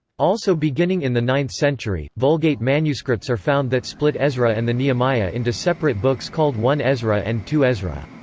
also beginning in the ninth century, vulgate manuscripts are found that split ezra and the nehemiah into separate books called one ezra and two ezra.